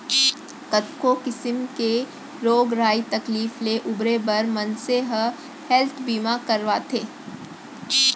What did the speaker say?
कतको किसिम के रोग राई तकलीफ ले उबरे बर मनसे ह हेल्थ बीमा करवाथे